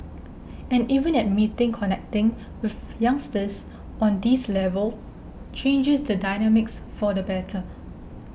and even admitting connecting with youngsters on this level changes the dynamics for the better